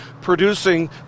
producing